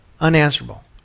unanswerable